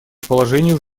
положению